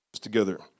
together